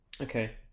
Okay